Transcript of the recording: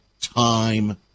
time